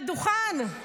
לדוכן,